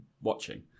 watching